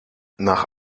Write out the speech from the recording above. nach